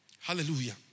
Hallelujah